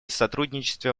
сотрудничестве